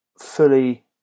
fully